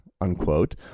unquote